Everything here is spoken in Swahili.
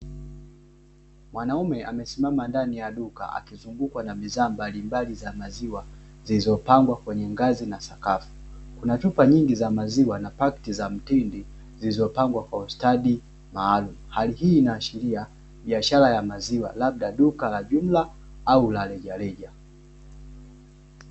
Mwanaume amesimama ndani ya duka akizungukwa na bidhaa mbalimbali za maziwa, zilizopangwa kwenye ngazi na sakafu. Kuna chupa nyingi za maziwa na pakiti za mtindi zilizopangwa kwa ustadi maalum, hali hii inaashiria biashara ya maziwa labda duka la jumla au la rejareja.